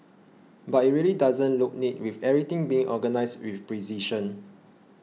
but it really doesn't look neat with everything being organised with precision